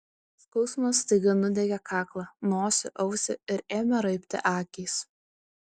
skausmas staiga nudiegė kaklą nosį ausį ir ėmė raibti akys